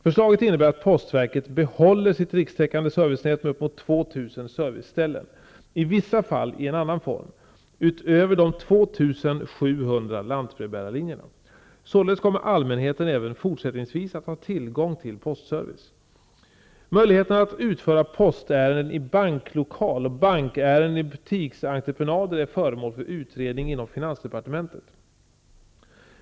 Förslaget innebär att postverket behåller sitt rikstäckande servicenät med uppemot 2 000 serviceställen, i vissa fall i annan form, utöver de 2 700 lantbrevbärarlinjerna. Således kommer allmänheten även fortsättningsvis att ha tillgång till postservice. Möjligheterna att utföra postärenden i banklokal och bankärenden i butiksentreprenader är föremål för utredning inom finansdepartementet.